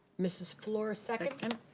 mrs. fluor, ah second?